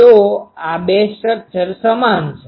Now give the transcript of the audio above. તો આ બે સ્ટ્રક્ચરstructureબંધારણ સમાન છે